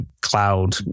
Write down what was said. cloud